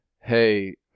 Hey